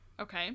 Okay